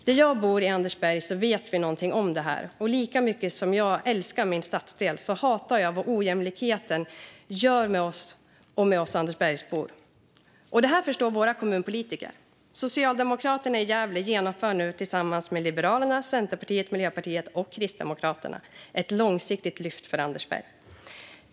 Där jag bor i Andersberg vet vi något om detta, och lika mycket som jag älskar min stadsdel hatar jag vad ojämlikheten gör med oss och med oss Andersbergsbor. Detta förstår våra kommunpolitiker. Socialdemokraterna i Gävle genomför nu tillsammans med Liberalerna, Centerpartiet, Miljöpartiet och Kristdemokraterna ett långsiktigt lyft för Andersberg.